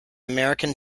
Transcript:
american